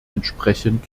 entsprechend